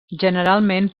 generalment